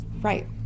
Right